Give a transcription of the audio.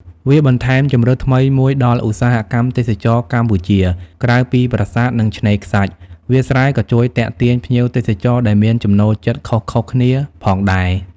វាបន្ថែមជម្រើសថ្មីមួយដល់ឧស្សាហកម្មទេសចរណ៍កម្ពុជា ក្រៅពីប្រាសាទ និងឆ្នេរខ្សាច់ វាលស្រែក៏ជួយទាក់ទាញភ្ញៀវទេសចរដែលមានចំណូលចិត្តខុសៗគ្នាផងដែរ ។